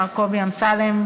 מר קובי אמסלם,